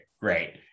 great